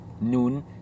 noon